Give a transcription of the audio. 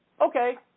okay